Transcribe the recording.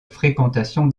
fréquentation